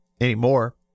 anymore